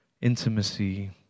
intimacy